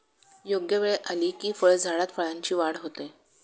योग्य वेळ आली की फळझाडात फळांची वाढ होते